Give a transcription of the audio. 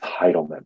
entitlement